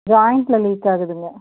ஜாயிண்ட்டில் leak ஆகுதுங்க